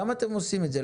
למה אתם עושים את זה?